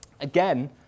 again